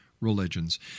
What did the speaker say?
religions